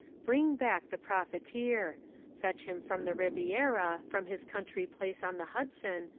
bring back the profiteer fetch him from the riviera, from his country-place on the hudson,